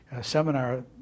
seminar